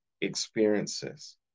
experiences